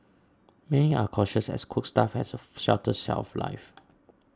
many are cautious as cooked stuff has a shorter shelf life